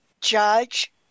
Judge